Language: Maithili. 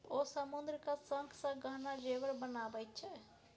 ओ समुद्रक शंखसँ गहना जेवर बनाबैत छै